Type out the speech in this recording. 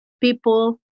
people